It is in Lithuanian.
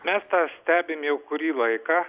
mes tą stebim jau kurį laiką